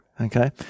okay